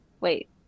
Wait